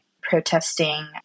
protesting